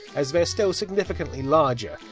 as they're still significantly larger.